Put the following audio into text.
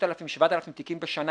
6,000 או 7,000 תיקים בשנה.